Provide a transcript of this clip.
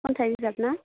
खन्थाइ बिजाब ना